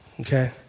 Okay